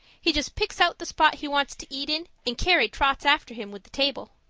he just picks out the spot he wants to eat in and carrie trots after him with the table.